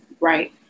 right